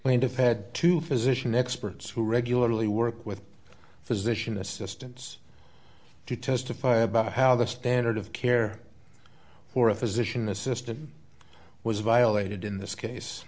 plaintiff had two physician experts who regularly work with physician assistants to testify about how the standard of care for a physician assistant was violated in this case